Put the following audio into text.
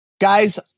guys